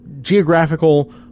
geographical